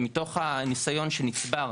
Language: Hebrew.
מתוך הניסיון שנצבר,